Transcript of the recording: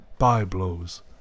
byblows